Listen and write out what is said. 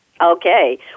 Okay